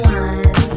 one